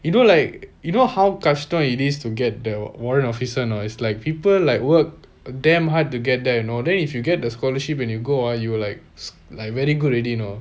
you know like you know how கஷ்டம்:kashtam it is to get the warrant officer or not it's like people like work damn hard to get there you know then if you get the scholarship when you go out you will like like very good already you know